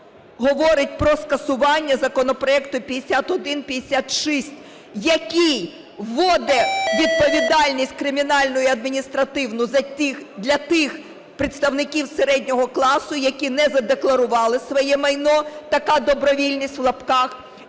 говорить про скасування законопроекту 5156, який вводить відповідальність кримінальну і адміністративну для тих представників середнього класу, які не задекларували своє майно – така "добровільність" в лапках